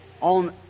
on